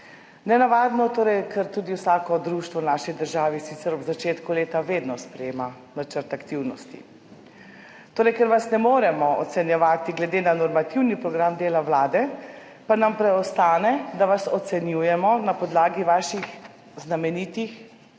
ker sicer tudi vsako društvo v naši državi ob začetku leta vedno sprejema načrt aktivnosti. Ker vas torej ne moremo ocenjevati glede na normativni program dela vlade, pa nam preostane, da vas ocenjujemo na podlagi vaših znamenitih